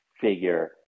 figure